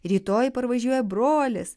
rytoj parvažiuoja brolis